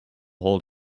hold